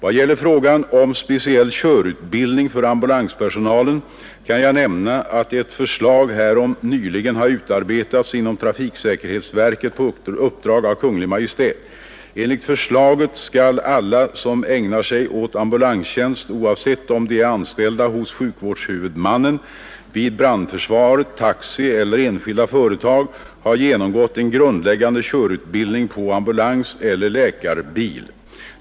Vad gäller frågan om speciell körutbildning för ambulanspersonalen kan jag nämna att ett förslag härom nyligen har utarbetats inom trafiksäkerhetsverket på uppdrag av Kungl. Maj:t. Enligt förslaget skall alla som ägnar sig åt ambulanstjänst — oavsett om de är anställda hos sjukvårdshuvudmannen, vid brandförsvaret, taxi eller enskilda företag — ha genomgått en grundläggande körutbildning på ambulanseller läkarbil.